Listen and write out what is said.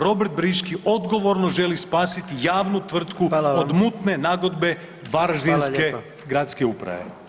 Robert Briški odgovorno želi spasiti javnu tvrtku od [[Upadica: Hvala vam]] mutne nagodbe varaždinske [[Upadica: Hvala lijepa]] gradske uprave.